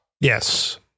Yes